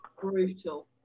brutal